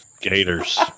Gators